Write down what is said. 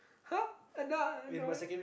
!huh! Anna no